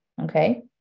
Okay